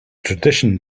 tradition